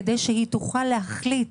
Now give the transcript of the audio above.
כדי שהיא תוכל להחליט